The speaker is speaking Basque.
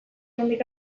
nondik